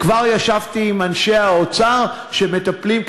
כבר ישבתי עם אנשי האוצר שמטפלים,